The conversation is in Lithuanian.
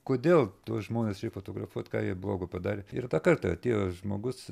kodėl tuos žmones reik fotografuot ką jie blogo padarė ir tą kartą atėjo žmogus